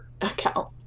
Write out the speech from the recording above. account